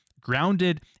Grounded